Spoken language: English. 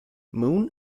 moon